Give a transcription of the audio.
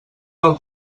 del